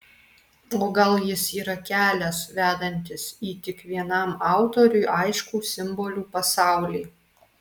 o gal jis yra kelias vedantis į tik vienam autoriui aiškų simbolių pasaulį